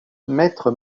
maître